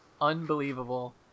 Unbelievable